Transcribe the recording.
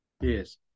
Yes